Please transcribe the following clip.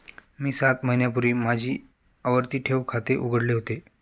मी सात महिन्यांपूर्वी माझे आवर्ती ठेव खाते उघडले होते